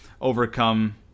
overcome